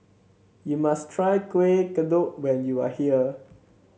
you must try Kueh Kodok when you are here